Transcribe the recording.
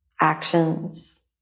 actions